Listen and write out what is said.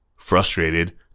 Frustrated